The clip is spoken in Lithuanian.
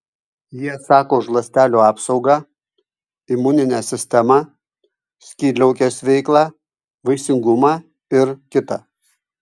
jie atsako už ląstelių apsaugą imuninę sistemą skydliaukės veiklą vaisingumą ir kita